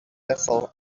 vessel